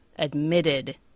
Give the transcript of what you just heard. admitted